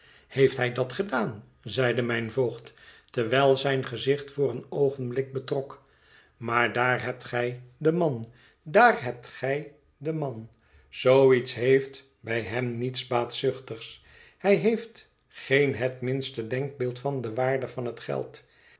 heeft hij dat gedaan zeide mijn voogd terwijl zijn gezicht voor een oogenblik betrok maar daar hebt gij den man daar hebt gij den man zoo iets heeft bij hem niets baatzuchtigs hij heeft geen het minste denkbeeld van de waarde van het geld